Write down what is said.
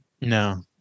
No